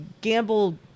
gamble